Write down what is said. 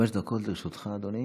אדוני.